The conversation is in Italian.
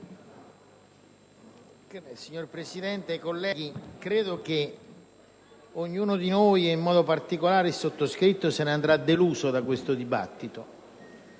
Signor Presidente, colleghi, credo ognuno di noi, e in modo particolare il sottoscritto, se ne andrà deluso da questo dibattito.